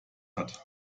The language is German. hat